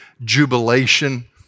jubilation